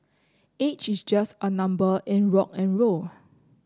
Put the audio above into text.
age is just a number in rock N roll